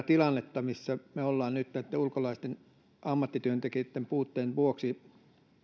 tilannetta johon me olemme nyt näitten ulkolaisten ammattityöntekijöitten puutteen vuoksi